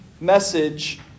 message